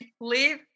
Leave